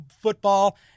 football